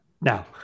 now